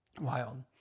Wild